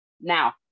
now